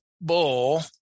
bull